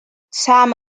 some